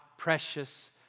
Precious